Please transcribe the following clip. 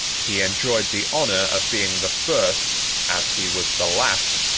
he enjoyed the honor of being the first, as he was the last,